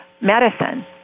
medicine